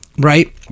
right